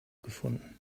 gefunden